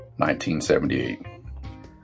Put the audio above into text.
1978